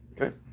okay